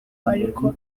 ariko